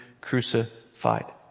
crucified